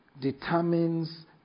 determines